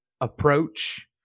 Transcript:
approach